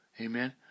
Amen